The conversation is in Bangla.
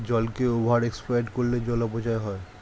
জলকে ওভার এক্সপ্লয়েট করলে জল অপচয় হয়